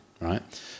right